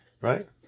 Right